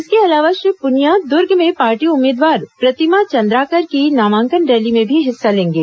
इसके अलावा श्री पुनिया दुर्ग में पार्टी उम्मीदवार प्रतिमा चंद्राकर की नामांकन रैली में भी हिस्सा लेंगे